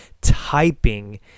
typing